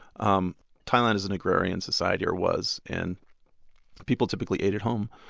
um thailand is an agrarian society or was and people typically ate at home.